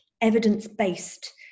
evidence-based